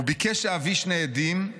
'הוא ביקש שאביא שני עדים,